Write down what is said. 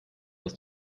aus